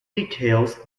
details